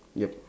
yup